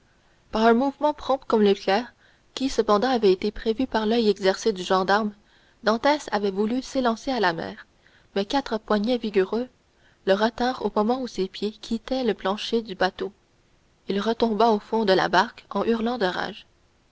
par un mouvement prompt comme l'éclair qui cependant avait été prévu par l'oeil exercé du gendarme dantès avait voulu s'élancer à la mer mais quatre poignets vigoureux le retinrent au moment où ses pieds quittaient le plancher du bateau il retomba au fond de la barque en hurlant de rage